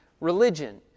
religion